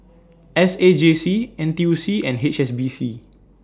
S A J C N T U C and H S B C